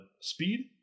speed